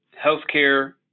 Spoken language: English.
healthcare